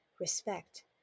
respect